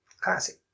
classic